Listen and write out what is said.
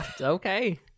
Okay